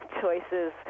choices